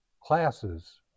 classes